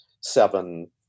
seven